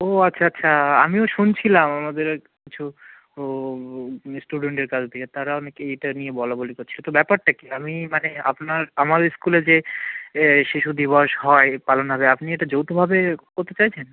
ও আচ্ছা আচ্ছা আমিও শুনছিলাম আমাদের কিছু স্টুডেন্টের কাছ দিয়ে তারা অনেকে এটা নিয়ে বলাবলি করছিল তো ব্যাপারটা কী আমি মানে আপনার আমাদের স্কুলে যে এ শিশু দিবস হয় পালন হবে আপনি এটা যৌথভাবে করতে চাইছেন